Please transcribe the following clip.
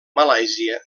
malàisia